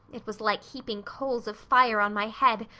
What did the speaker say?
it was like heaping coals of fire on my head.